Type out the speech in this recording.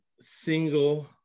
single